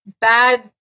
bad